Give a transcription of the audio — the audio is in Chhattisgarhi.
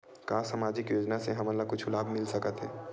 का सामाजिक योजना से हमन ला कुछु लाभ मिल सकत हे?